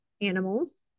animals